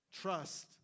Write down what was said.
trust